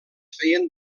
feien